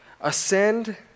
Ascend